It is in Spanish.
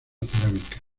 cerámica